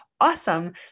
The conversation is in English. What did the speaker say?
awesome